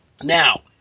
Now